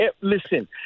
Listen